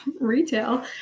retail